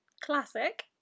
Classic